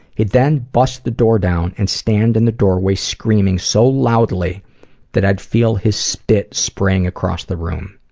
he'd then bust the door down and stand in the doorway screaming so loudly that i'd feel his spit spraying across the room.